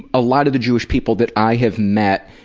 a lot of the jewish people that i have met,